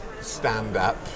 stand-up